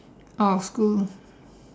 oh good